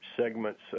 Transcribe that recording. segments